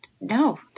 no